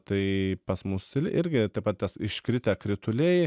tai pas mus irgi taip pat tas iškritę krituliai